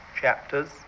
chapters